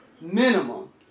minimum